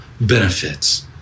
benefits